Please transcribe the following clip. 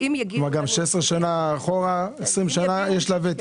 גם 16 שנים אחורה, 20 שנים, יש לה ותק.